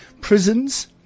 prisons